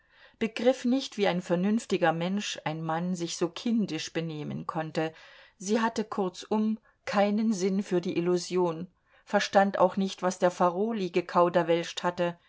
begriff nicht wie ein vernünftiger mensch ein mann sich so kindisch benehmen konnte sie hatte kurzum keinen sinn für die illusion verstand auch nicht was der farolyi gekauderwelscht hatte